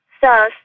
Thus